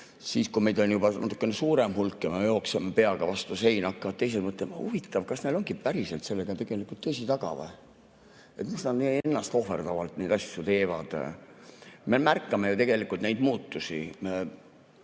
Siis, kui meid on juba natukene suurem hulk ja me jookseme peaga vastu seina, hakkavad teised mõtlema, huvitav, kas neil ongi päriselt sellega tegelikult tõsi taga või miks nad nii ennastohverdavalt neid asju teevad.Me märkame ju tegelikult neid muutusi.